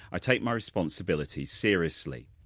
i take my responsibilities seriously.